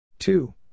Two